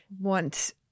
want